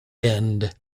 end